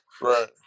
Right